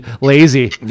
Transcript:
lazy